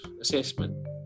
assessment